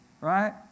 Right